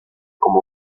como